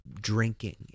drinking